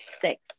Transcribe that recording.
six